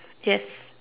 yes